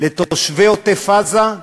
לתושבי עוטף-עזה.